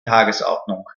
tagesordnung